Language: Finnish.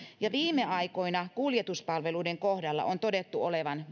ja viime aikoina on myös kuljetuspalveluiden kohdalla todettu olevan